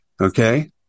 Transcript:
Okay